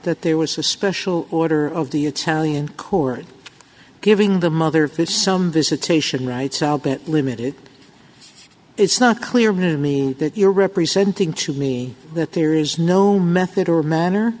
that there was a special order of the italian court giving the mother of his some visitation rights out that limited it's not clear to me that you're representing to me that there is no method or manner